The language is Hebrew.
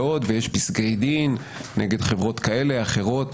ויש פסקי דין נגד חברות כאלה ואחרות,